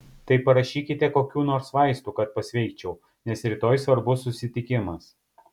tai parašykite kokių nors vaistų kad pasveikčiau nes rytoj svarbus susitikimas